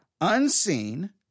unseen